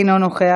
אינו נוכח,